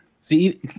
See